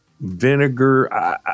vinegar